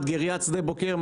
מדגריית שדה בוקר,